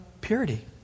purity